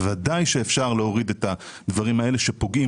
ודאי שאפשר להוריד את הדברים האלה שפוגעים